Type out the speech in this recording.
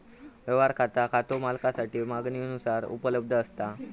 व्यवहार खाता खातो मालकासाठी मागणीनुसार उपलब्ध असता